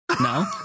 no